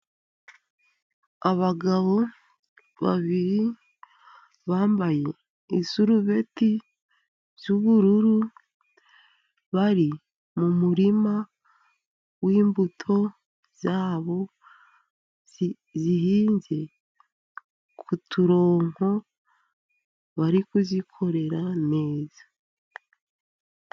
Abagabo babiri bambaye ibisurubeti by'ubururu, bari mu murima w'imbuto zabo zihinze ku turongo bari kuzikorera neza.